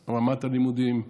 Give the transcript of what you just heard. את רמת הלימודים,